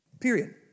Period